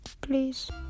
Please